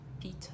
Peter